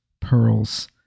pearls